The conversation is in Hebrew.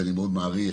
שאני מאוד מעריך,